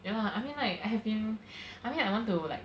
ya lah I mean like I have been I mean I want to like